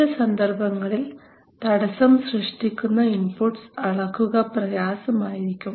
ചില സന്ദർഭങ്ങളിൽ തടസ്സം സൃഷ്ടിക്കുന്ന ഇൻപുട്ട്സ് അളക്കുക പ്രയാസമായിരിക്കും